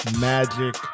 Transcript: magic